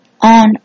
on